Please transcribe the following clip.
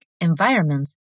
environments